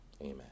Amen